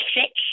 six